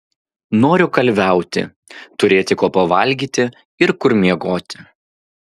noriu kalviauti turėti ko pavalgyti ir kur miegoti